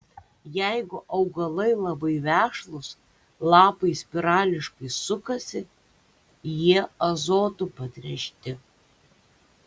jeigu augalai labai vešlūs lapai spirališkai sukasi jie azotu patręšti